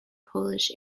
polish